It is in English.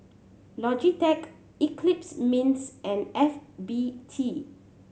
Logitech Eclipse Mints and F B T